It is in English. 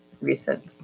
recent